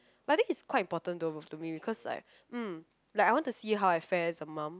but I think it's quite important to to me because it's like mm like I want to see how I fare as a mum